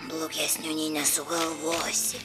blogesnio nei nesugalvosi